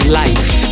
life